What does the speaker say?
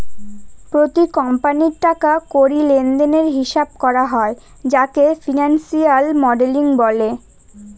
প্রতি কোম্পানির টাকা কড়ি লেনদেনের হিসাব করা হয় যাকে ফিনান্সিয়াল মডেলিং বলে